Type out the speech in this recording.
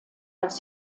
dass